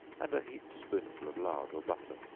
and a heaped spoonful of lard or butter,